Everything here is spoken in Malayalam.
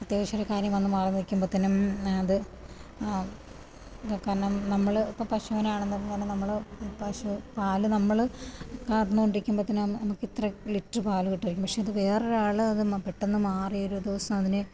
അത്യാവശ്യമൊരു കാര്യം വന്ന് മാറി നില്ക്കുമ്പോഴത്തേനും അത് കാരണം നമ്മള് ഇപ്പോള് പശുവിന് ആണെന്നുണ്ടേലും നമ്മള് പശു പാല് നമ്മല് കറന്നോണ്ടിക്കുമ്പോഴത്തിനും നമുക്ക് ഇത്ര ലിറ്റര് പാല് കിട്ടുമായിരുക്കും പക്ഷെ വേറൊരാള് അത് പെട്ടെന്ന് മാറി ഒരു ദിവസ അതിനെ